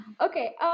Okay